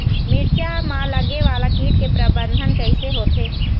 मिरचा मा लगे वाला कीट के प्रबंधन कइसे होथे?